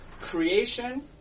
creation